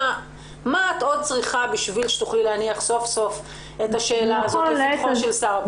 מה את עוד צריכה כדי להניח סוף סוף את השאלה לפתחו של שר הפנים.